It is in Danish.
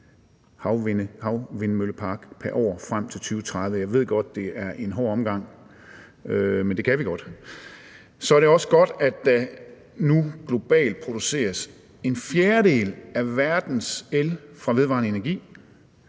havvindmøllepark pr. år frem til 2030. Jeg ved godt, det er en hård omgang, men det kan vi godt. Så er det også godt, at der nu globalt produceres en fjerdedel af verdens el fra vedvarende energi.